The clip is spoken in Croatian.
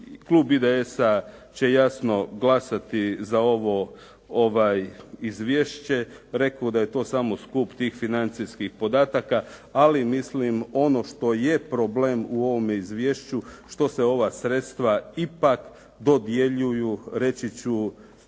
klub IDS-a će jasno glasati za ovo izvješće. Rekoh da je to samo skup tih financijskih podataka, ali mislim ono što je problem u ovome izvješću, što se ova sredstva ipak dodjeljuju, reći ću